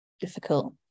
difficult